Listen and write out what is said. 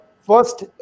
first